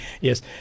Yes